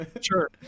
Sure